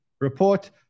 report